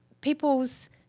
people's